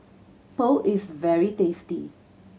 pho is very tasty